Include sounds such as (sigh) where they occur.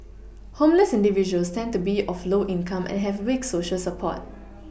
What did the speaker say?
homeless individuals tend to be of low income and have weak Social support (noise)